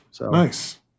Nice